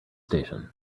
station